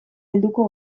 helduko